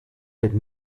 dit